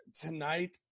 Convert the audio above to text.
tonight